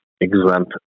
exempt